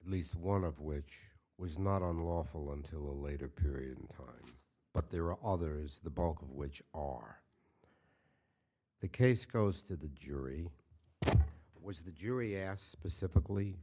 at least one of which was not unlawful until a later period in time but there are others the bulk of which are the case goes to the jury was the jury asked specifically